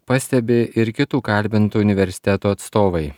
pastebi ir kitų kalbintų universitetų atstovai